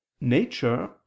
nature